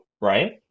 right